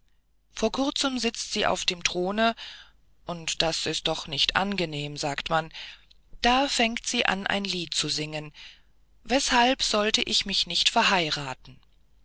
vor kurzem sitzt sie auf dem throne und das ist doch nicht angenehm sagt man da fängt sie an ein lied zu singen weshalb sollte ich mich nicht verheiraten